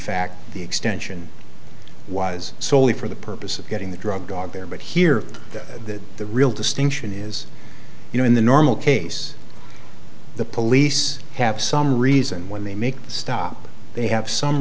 fact the extension was solely for the purpose of getting the drug dog there but here that the real distinction is you know in the normal case the police have some reason when they make a stop they have some